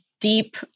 deep